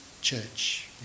church